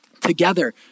together